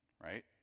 right